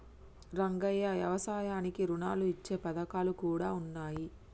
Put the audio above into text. రంగయ్య యవసాయానికి రుణాలు ఇచ్చే పథకాలు కూడా ఉన్నాయి